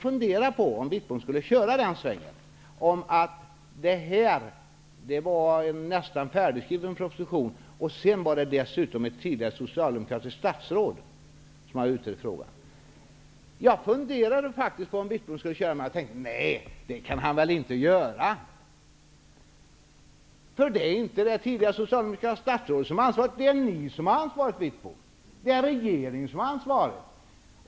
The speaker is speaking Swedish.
Herr Wittbom sade att det här var en nästan färdigskriven proposition och att det dessutom var ett tidigare socialdemokratiskt statsråd som hade utrett frågan. Jag satt faktiskt och funderade på om herr Wittbom skulle köra den svängen, men så kom jag fram till att han rimligtvis inte kunde göra det. Det är nämligen inte det tidigare socialdemokratiska statsrådet som har ansvaret, utan det är ni, herr Wittbom, som har ansvaret.